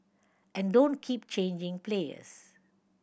and don't keep changing players